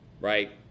Right